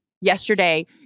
yesterday